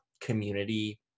community